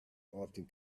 often